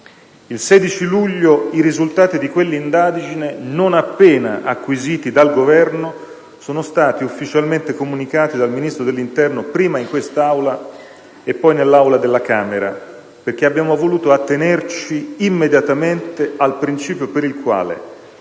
Il 16 luglio i risultati di quell'indagine, non appena acquisiti dal Governo, sono stati ufficialmente comunicati dal Ministro dell'interno prima in quest'Aula e poi nell'Aula della Camera, perché abbiamo voluto attenerci immediatamente al principio per il quale,